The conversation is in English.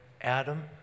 Adam